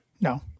no